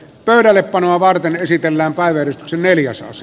pöydällepanoa varten esitellään palveli sen neljä saas